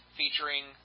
featuring